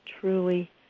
truly